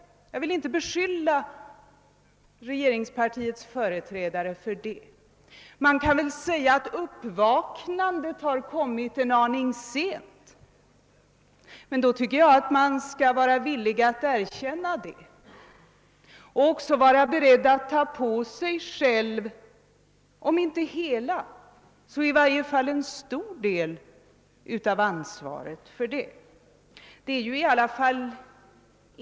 Jag vill inte beskylla regeringspartiets företrädare för att bara prata om jämlikhet. Man kan väl säga att uppvaknandet har kommit en aning sent, och det tycker jag att man borde vara villig att erkänna. Man borde också ta på sig, om inte hela så i varje fall en stor del av ansvaret härför.